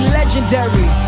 legendary